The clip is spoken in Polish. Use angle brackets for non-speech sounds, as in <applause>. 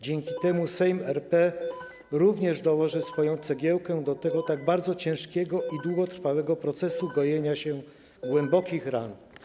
Dzięki <noise> temu Sejm RP również dołoży swoją cegiełkę do tego tak bardzo ciężkiego i długotrwałego procesu gojenia się głębokich ran.